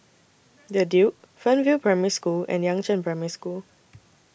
The Duke Fernvale Primary School and Yangzheng Primary School